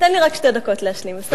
תן לי רק שתי דקות להשלים, בסדר?